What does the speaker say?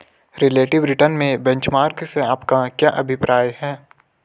Relative return में benchmark से आपका क्या अभिप्राय है?